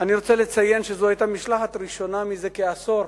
אני רוצה לציין שזו היתה משלחת ראשונה של הכנסת זה כעשור